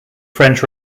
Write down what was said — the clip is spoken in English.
french